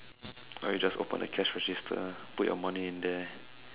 or you just open the cash register put your money in there